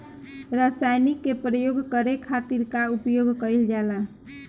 रसायनिक के प्रयोग करे खातिर का उपयोग कईल जाला?